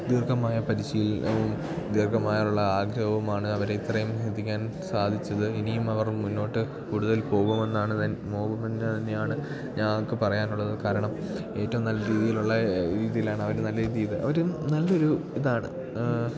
ദീർഘമായ പരിശീലനവും ദീർഘമായുള്ള ആഗ്രഹവുമാണ് അവരെ ഇത്രയും എത്തിക്കാൻ സാധിച്ചത് ഇനിയും അവർ മുന്നോട്ട് കൂടുതൽ പോകുമെന്നാണ് പോകുമെന്ന് തന്നെയാണ് ഞങ്ങൾക്ക് പറയാനുള്ളത് കാരണം ഏറ്റവും നല്ല രീതിയിൽ ഉള്ള രീതിയിലാണ് അവർ നല്ല അവർ നല്ല ഒരു ഇതാണ്